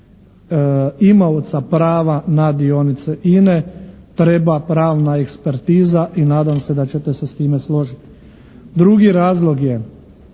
imaoca prava na dionice INA-e treba pravna ekspertiza i nadam se da ćete se s time složiti. Drugi razlog je